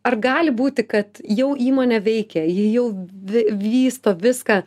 ar gali būti kad jau įmonė veikia ji jau vysto viską